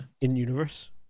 In-universe